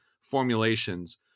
formulations